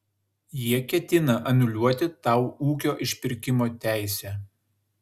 jie ketina anuliuoti tau ūkio išpirkimo teisę